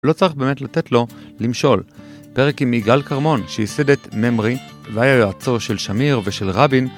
לא צריך באמת לתת לו למשול. פרק עם יגאל כרמון שייסד את ממרי והיה יועצו של שמיר ושל רבין.